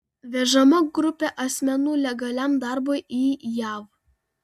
vežama grupė asmenų legaliam darbui į jav